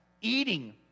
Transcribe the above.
eating